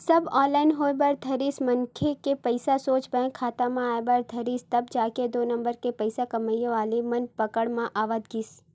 सब online होय बर धरिस मनखे के पइसा सोझ बेंक खाता म आय बर धरिस तब जाके दू नंबर के पइसा कमइया वाले मन पकड़ म आवत गिस